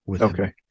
Okay